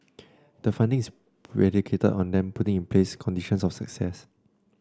the funding is predicated on them putting in place conditions of success